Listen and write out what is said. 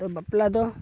ᱛᱚ ᱵᱟᱯᱞᱟ ᱫᱚ